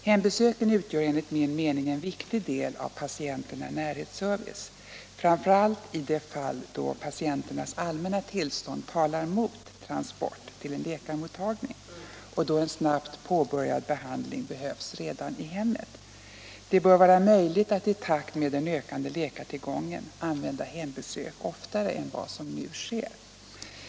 Hembesöken utgör enligt min mening en viktig del av patienternas närhetsservice, framför allt i de fall då patientens allmänna tillstånd talar emot transport till en läkarmottagning och då en snabbt påbörjad behandling behövs redan i hemmet. Det bör vara möjligt att i takt med den ökande läkartillgången använda hembesök oftare än vad som nu sker.